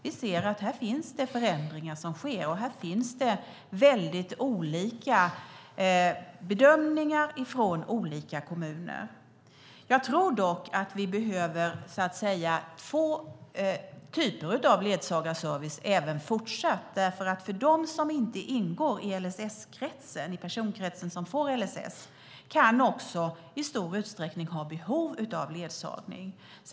Det har skett förändringar, och det görs väldigt olika bedömningar i olika kommuner. Jag tror dock att vi även fortsättningsvis behöver två typer av ledsagarservice, för även om man inte ingår i LSS-kretsen kan man ha behov av ledsagning.